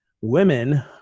women